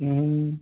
अं